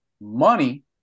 money